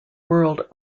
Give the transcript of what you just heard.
world